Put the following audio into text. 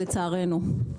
כן, לצערנו.